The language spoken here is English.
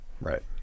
Right